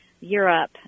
Europe